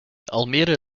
almere